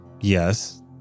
Yes